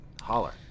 holler